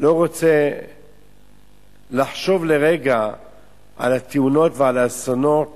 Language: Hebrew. לא רוצה לחשוב לרגע על התאונות ועל האסונות